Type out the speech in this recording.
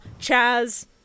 Chaz